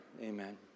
Amen